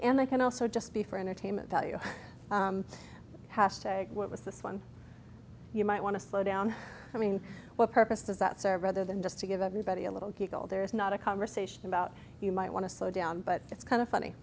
and they can also just be for entertainment value hashtag what was this one you might want to slow down i mean what purpose does that serve other than just to give everybody a little giggle there is not a conversation about you might want to slow down but it's kind of funny